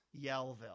Yellville